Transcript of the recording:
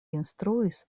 instruis